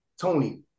Tony